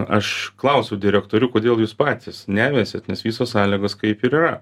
aš klausiau direktorių kodėl jūs patys neveisiat nes visos sąlygos kaip ir yra